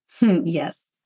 Yes